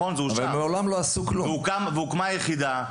והוקמה יחידה.